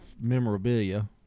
memorabilia